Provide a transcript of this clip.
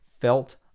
felt